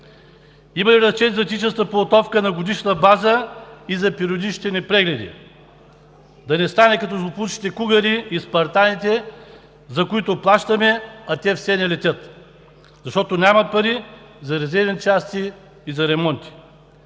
Има и разчет за техническата подготовка на годишна база и за периодичните ни прегледи. Да не стане като злополучните кугари и спартаните, за които плащаме, а те все не летят, защото няма пари за резервни части и за ремонти.